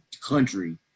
country